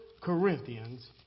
Corinthians